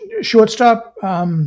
Shortstop –